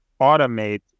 automate